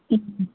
ம்